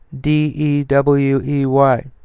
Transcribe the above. D-E-W-E-Y